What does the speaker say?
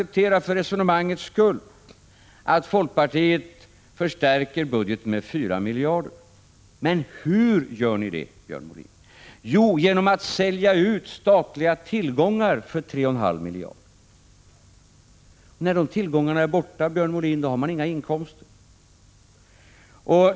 Jag kan för resonemangets skull acceptera att folkpartiet förstärker budgeten med 4 miljarder. Men hur gör ni det, Björn Molin? Jo, genom att sälja ut statliga tillgångar för 3,5 miljarder. När de tillgångarna är borta, Björn Molin, får ni inga inkomster.